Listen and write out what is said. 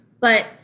But-